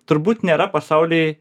turbūt nėra pasauly